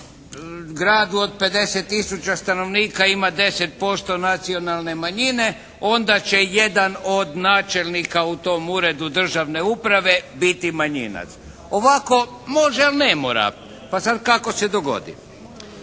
gradu od 50 tisuća stanovnika ima 10% nacionalne manjine, onda će jedan od načelnika u tom uredu državne uprave biti manjinac. Ovako može ali ne mora, pa sad kako se dogodi.